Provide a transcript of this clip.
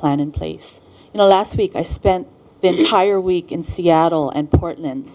plan in place you know last week i spent higher week in seattle and portland